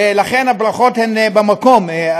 ולכן הברכות הן במקום,